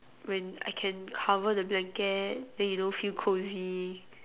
when I can cover the blanket then you know feel cosy